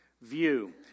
view